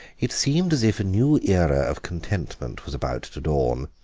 it seemed as if a new era of contentment was about to dawn.